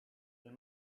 they